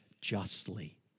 justly